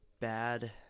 bad